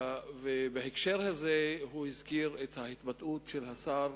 בהקשר הזה הוא הזכיר את ההתבטאות של השר